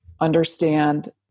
understand